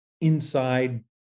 inside